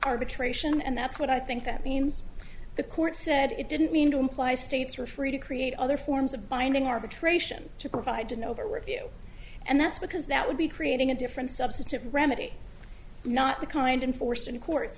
arbitration and that's what i think that means the court said it didn't mean to imply states were free to create other forms of binding arbitration to provide an overworked view and that's because that would be creating a different substantive remedy not the kind unforced and courts